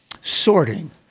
sorting